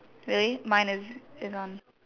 really mine is they're gone